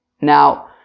Now